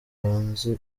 banzi